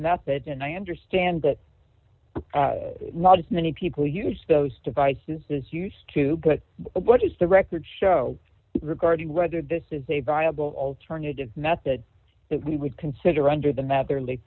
method and i understand that not as many people use those devices this use too but what is the record show regarding whether this is a viable alternative method that we would consider under the met their late